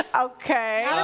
ah okay.